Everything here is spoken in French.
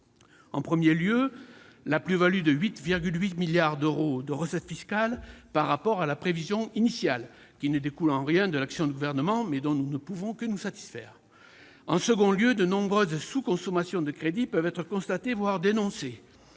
En premier lieu, notons la plus-value de 8,8 milliards d'euros de recettes fiscales par rapport à la prévision initiale, qui ne découle en rien de l'action du Gouvernement, mais dont nous ne pouvons que nous satisfaire. En second lieu, nous pouvons constater, voire dénoncer